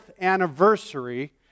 anniversary